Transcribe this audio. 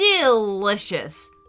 Delicious